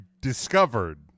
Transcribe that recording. discovered